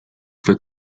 fue